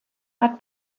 hat